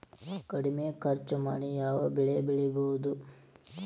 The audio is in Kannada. ಕಡಮಿ ಖರ್ಚ ಮಾಡಿ ಯಾವ್ ಬೆಳಿ ಬೆಳಿಬೋದ್?